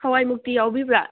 ꯍꯋꯥꯏ ꯃꯨꯛꯇꯤ ꯌꯥꯎꯕꯤꯕ꯭ꯔꯥ